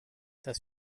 das